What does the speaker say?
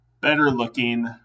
better-looking